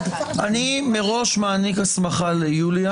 אני מראש מעניק הסמכה ליוליה.